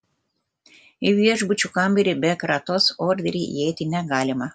į viešbučio kambarį be kratos orderio įeiti negalime